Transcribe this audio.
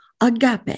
agape